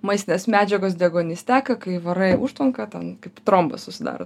maistinės medžiagos deguonis teka kai varai užtvanką ten kaip trombas susidaro